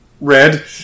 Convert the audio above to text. red